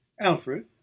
Alfred